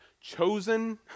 chosen